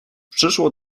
przyszło